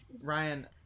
Ryan